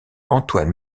antoine